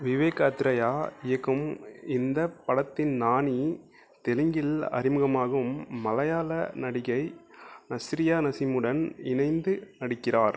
விவேக் அத்ரேயா இயக்கும் இந்த படத்தில் நானி தெலுங்கில் அறிமுகமாகும் மலையாள நடிகை நஸ்ரியா நசீமுடன் இணைந்து நடிக்கிறார்